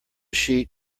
sheet